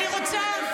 אני רוצה,